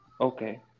Okay